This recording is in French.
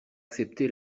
accepté